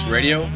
Radio